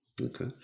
Okay